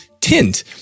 tint